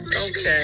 okay